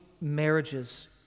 marriages